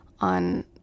on